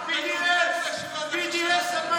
BDS, אתה BDS על מלא.